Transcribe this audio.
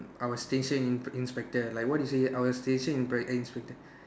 I was station inpr~ inspector like what you said I was station inprac~ inspector